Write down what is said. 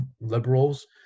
liberals